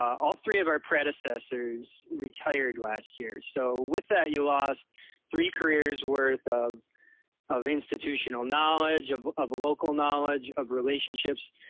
all three of our predecessors retired last year. so with that, you lost three careers worth of of institutional knowledge, of of local knowledge, of relationships.